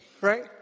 right